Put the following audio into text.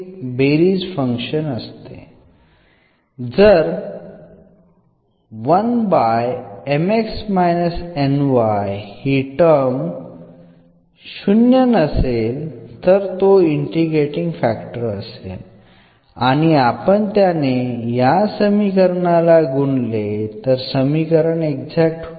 जर ही टर्म 0 नसेल तर तो इंटिग्रेटींग फॅक्टर असेल आणि आपण त्याने या समीकरणाला गुणले तर समीकरण एक्झॅक्ट होईल